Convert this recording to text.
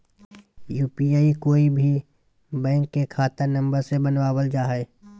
UPI कोय भी bank के खाता नंबर से बनावल जा हइ